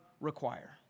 require